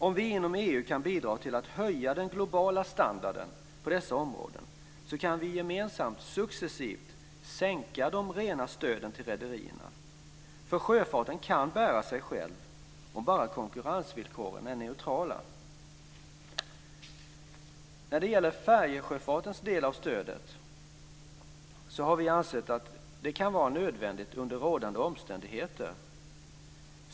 Om vi inom EU kan bidra till att höja den globala standarden på dessa områden, kan vi gemensamt successivt sänka de rena stöden till rederierna. Sjöfarten kan bära sig själv, om bara konkurrensvillkoren är neutrala. När det gäller färjesjöfartens del av stödet har vi ansett att det kan vara nödvändigt under rådande omständigheter.